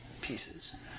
pieces